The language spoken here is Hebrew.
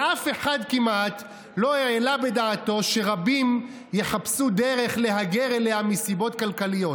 ואף אחד כמעט לא העלה בדעתו שרבים יחפשו דרך להגר אליה מסיבות כלכליות.